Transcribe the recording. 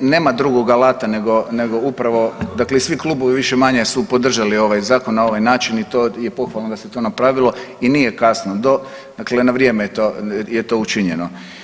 nema drugog alata nego upravo dakle i svi klubovi više-manje su podržali ovaj zakon na ovaj način i to je pohvalno da se to napravilo i nije kasno do, dakle na vrijeme je to učinjeno.